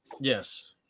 Yes